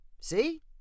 See